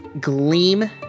gleam